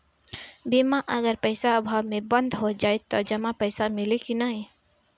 बीमा अगर पइसा अभाव में बंद हो जाई त जमा पइसा मिली कि न?